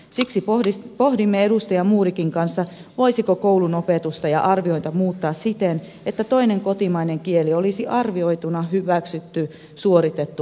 siksi pohdimme edustaja modigin kanssa voisiko koulun opetusta ja arviointia muuttaa siten että toinen kotimainen kieli olisi arvioituna hyväksytty suoritettu mallia